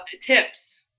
tips